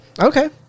Okay